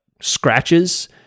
scratches